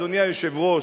אדוני היושב-ראש,